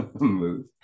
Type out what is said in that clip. move